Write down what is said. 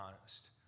honest